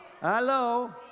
hello